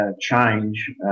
change